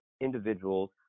individuals